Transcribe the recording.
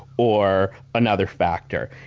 or another factor.